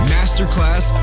Masterclass